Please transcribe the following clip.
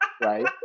right